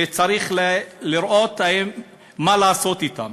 וצריך לראות מה לעשות אתן.